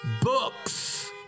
Books